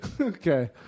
Okay